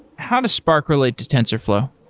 how does spark relate to tensorflow?